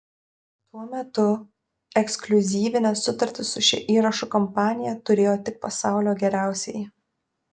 tuo metu ekskliuzyvines sutartis su šia įrašų kompanija turėjo tik pasaulio geriausieji